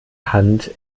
hand